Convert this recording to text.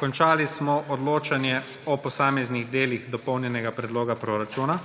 Končali smo odločanje o posameznih delih Dopolnjenega predloga proračuna.